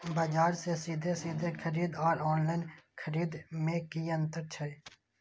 बजार से सीधे सीधे खरीद आर ऑनलाइन खरीद में की अंतर छै?